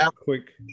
quick